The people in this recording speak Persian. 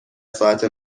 ساعت